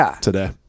today